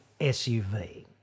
SUV